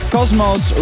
Cosmos